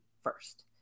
first